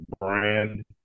brand